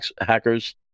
hackers